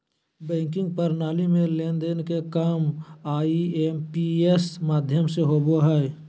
banking प्रणाली में लेन देन के काम आई.एम.पी.एस माध्यम से होबो हय